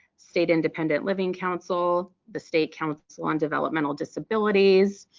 state independent living council, the state council so on developmental disabilities,